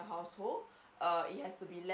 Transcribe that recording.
household err it has to be less